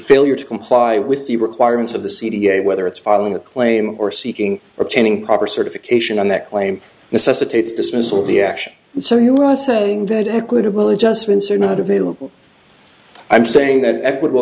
failure to comply with the requirements of the c d a whether it's filing a claim or seeking or tending proper certification on that claim necessitates dismissal of the action so you are saying that equitable adjustments are not available i'm saying that equitable